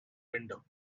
window